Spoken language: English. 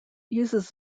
uses